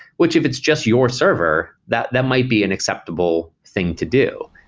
which if it's just your server, that that might be an acceptable thing to do.